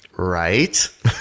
Right